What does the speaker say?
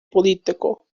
político